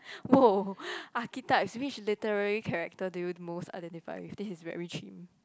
!woah! archetypes which literary character do you most identify with this is very chim